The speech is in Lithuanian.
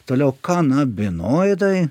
toliau kanabinoidai